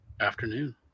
afternoon